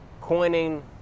coining